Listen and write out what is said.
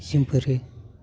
जोंफोरो